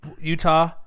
Utah